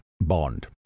Bond